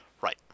Right